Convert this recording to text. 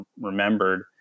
remembered